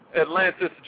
Atlantis